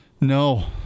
No